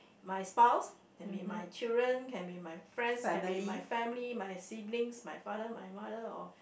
my spouse can be my children can be my friends can be my family my siblings my father my mother or